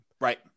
Right